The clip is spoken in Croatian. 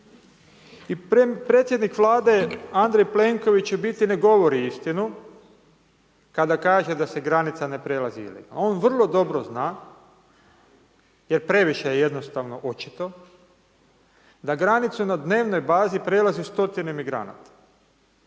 I predsjednik Vlade Andrej Plenković u biti ne govori istinu kada kaže da se granica ne prelazi ilegalno. On vrlo dobro zna jer previše je jednostavno očito da granicu na dnevnoj bazi prelazi stotine migranata.